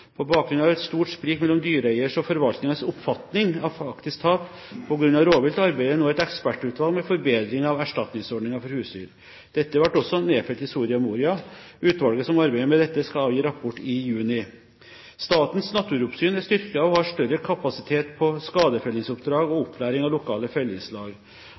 På bakgrunn av stort sprik mellom dyreeiers og forvaltningens oppfatning av faktisk tap på grunn av rovvilt arbeider nå et ekspertutvalg med forbedringer av erstatningsordningen for husdyr. Dette ble også nedfelt i Soria Moria. Utvalget som arbeider med dette, skal avgi rapport i juni. Statens naturoppsyn er styrket og har større kapasitet på skadefellingsoppdrag og opplæring av lokale